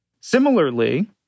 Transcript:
Similarly